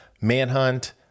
Manhunt